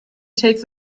takes